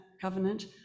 covenant